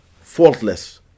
faultless